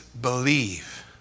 believe